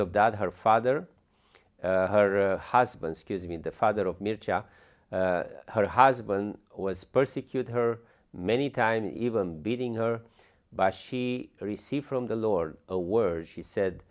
of that her father her husband's accusing in the father of micha her husband was persecute her many times even beating her by she received from the lord a word she said